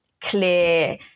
clear